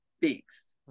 fixed